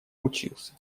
учился